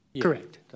Correct